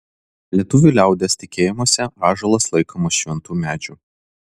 lietuvių liaudies tikėjimuose ąžuolas laikomas šventu medžiu